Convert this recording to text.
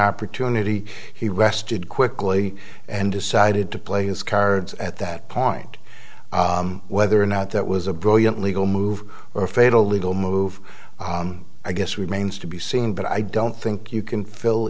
opportunity he rested quickly and decided to play his cards at that point whether or not that was a brilliant legal move or a fatal legal move i guess remains to be seen but i don't think you can fill